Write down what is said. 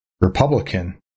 Republican